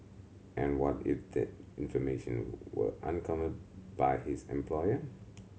and what if that information were uncovered by his employer